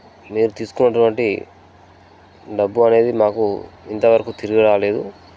మీరు తీసుకున్నటువంటి డబ్బు అనేది మాకు ఇంతవరకు తిరిగిరాలేదు